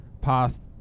past